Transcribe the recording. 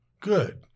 Good